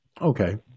Okay